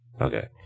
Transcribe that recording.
Okay